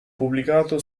pubblicato